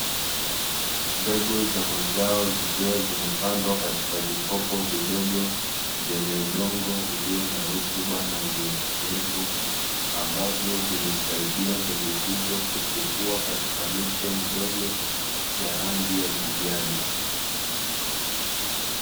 Mbegu za mazao zikiwa zimepandwa katika vikopo vidogo, vyenye udongo ulio na rutuba na unyevuunyevu, ambavyo vimesaidia mbegu hizo kuchipua katika miche midogo ya rangi ya kijani.